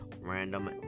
random